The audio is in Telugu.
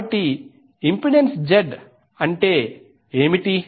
కాబట్టి ఇంపెడెన్స్ Z అంటే ఏమిటి